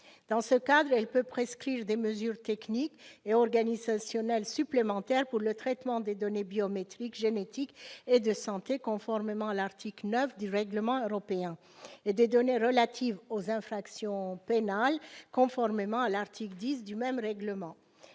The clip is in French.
Dans ce cadre, elle peut prescrire des mesures techniques et organisationnelles supplémentaires pour le traitement des données biométriques, génétiques et de santé, conformément à l'article 9 du règlement européen, et des données relatives aux infractions pénales, conformément à l'article 10 du même règlement.